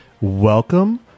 Welcome